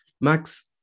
Max